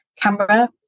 camera